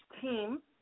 team